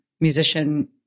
musician-